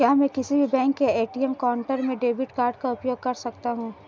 क्या मैं किसी भी बैंक के ए.टी.एम काउंटर में डेबिट कार्ड का उपयोग कर सकता हूं?